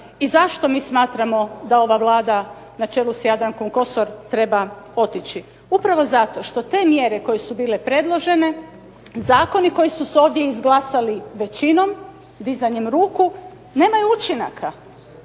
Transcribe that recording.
i zašto mi smatramo da ova Vlada na čelu s Jadrankom Kosor treba otići. Upravo zato što te mjere kolje su bile predložene, zakoni koji su se ovdje izglasali većinom dizanjem ruku nemaju učinaka,